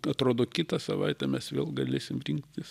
atrodo kitą savaitę mes vėl galėsim rinktis